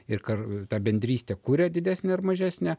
ir kar tą bendrystę kuria didesnę ar mažesnę